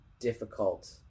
difficult